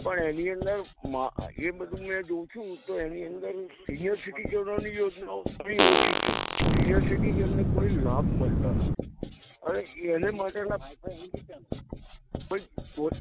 પણ એની અંદર એ બધુ મે જોચું તો એની અંદર સિનિયર સિટીજનોની યોજનાઓ બધી ઓછી છે સિનિયર સિટીજનને કોઈ લાભ મલતા નથી હવે એના માટેના